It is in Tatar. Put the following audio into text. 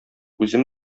үзем